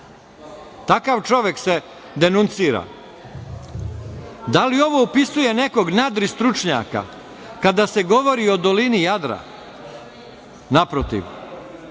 Takav čovek se denuncira? Da li ovo opisuje nekog nadristručnjaka kada se govori o dolini Jadra? Naprotiv,